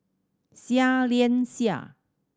Seah Liang Seah